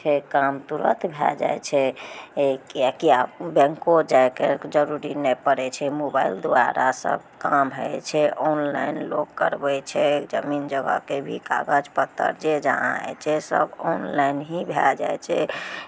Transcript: फेर काम तुरत भए जाइ छै किएकि आब बैंको जायके जरूरी नहि पड़ै छै मोबाइल दुआरा सभ काम होइ छै ऑनलाइन लोक करबै छै जमीन जगहके भी कागज पत्तर जे जहाँ होइ छै सभ ऑनलाइन ही भए जाइ छै